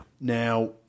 Now